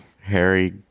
Harry